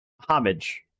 Homage